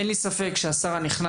משיחות שהיו עם השר,